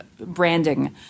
Branding